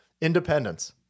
independence